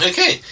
Okay